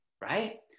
right